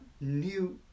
new